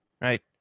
Right